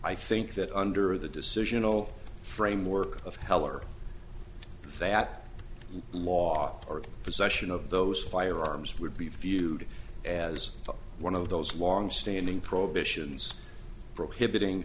i think that under the decisional framework of hell are they at law or possession of those firearms would be viewed as one of those longstanding prohibitions prohibiting